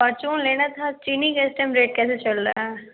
Fortune लेना था चीनी का इस टाइम रेट कैसे चल रहा है